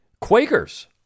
Quakers